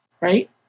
right